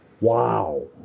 Wow